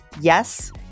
Yes